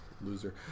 Loser